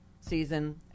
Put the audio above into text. season